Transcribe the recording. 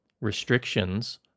restrictions